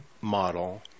model